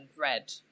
red